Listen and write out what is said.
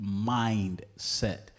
Mindset